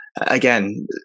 again